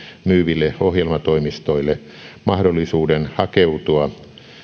myyville ohjelmatoimistoille mahdollisuuden hakeutua